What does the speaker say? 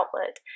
outlet